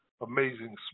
amazing